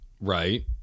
Right